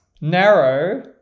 narrow